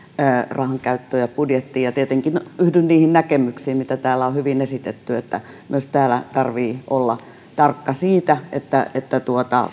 rahankäyttöön ja budjettiin ja tietenkin yhdyn niihin näkemyksiin mitä täällä on hyvin esitetty että myös täällä tarvitsee olla tarkka siitä että että